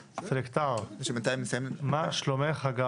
שלום.